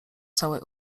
całej